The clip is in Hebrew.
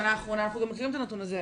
ואנחנו מכירים את הנתון הזה,